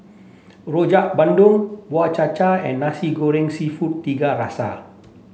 Rojak Bandung Bubur Cha Cha and Nasi Goreng Seafood Tiga Rasa